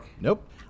Nope